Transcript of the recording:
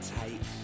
tight